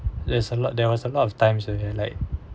there's a lot there was a lot of times you can like